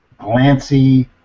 glancy